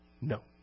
No